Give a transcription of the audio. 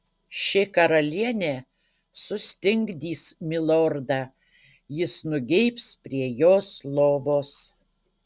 ši karalienė sustingdys milordą jis nugeibs prie jos lovos